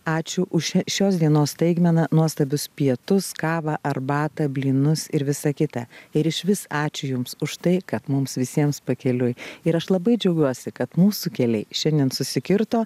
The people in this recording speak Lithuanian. ačiū už šia šios dienos staigmeną nuostabius pietus kavą arbatą blynus ir visa kita ir išvis ačiū jums už tai kad mums visiems pakeliui ir aš labai džiaugiuosi kad mūsų keliai šiandien susikirto